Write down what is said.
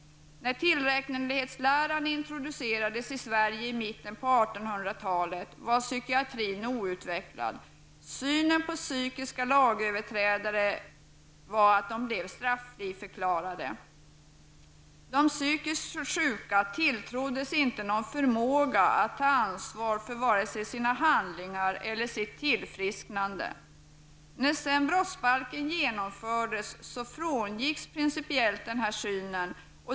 När tillräknelighetsläran introducerades i Sverige i mitten av 1800-talet var psykiatrin outvecklad. Synen på psykiskt störda lagöverträdare ledde till att de blev förklarade straffria. De psykiskt störda tilltroddes inte någon förmåga att ta ansvar för vare sig sina handlingar eller sitt tillfrisknande. När sedan brottsbalken infördes frångicks principiellt den synen.